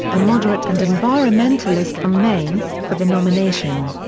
a moderate and environmentalist from maine, for the nomination.